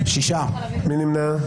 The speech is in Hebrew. מי נמנע?